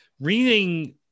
reading